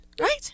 Right